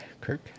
Kirk